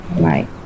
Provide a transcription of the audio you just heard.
Right